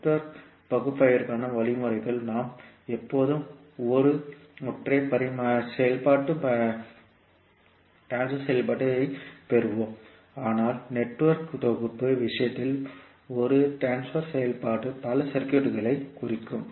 network பகுப்பாய்விற்கான வழிமுறைகள் நாம் எப்போதும் ஒரு ஒற்றை பரிமாற்ற செயல்பாட்டைப் பெறுவோம் ஆனால் நெட்வொர்க் தொகுப்பு விஷயத்தில் ஒரு பரிமாற்ற செயல்பாடு பல சர்க்யூட்களை குறிக்கும்